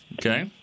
okay